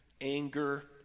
anger